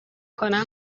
کنم